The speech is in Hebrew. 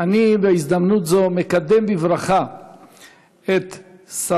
העולים דרשו למנוע את הפינוי חסר